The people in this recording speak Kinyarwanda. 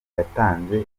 yatanze